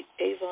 Avon